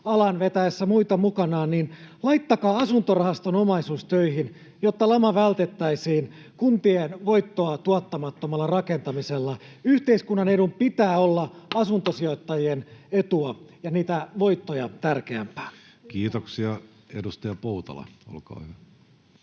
alan vetäessä muita mukanaan — että laittakaa asuntorahaston omaisuus töihin, jotta lama vältettäisiin kuntien voittoa tuottamattomalla rakentamisella. Yhteiskunnan edun pitää olla asuntosijoittajien etua ja voittoja tärkeämpää. Kiitoksia. — Edustaja Poutala, olkaa hyvä.